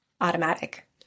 automatic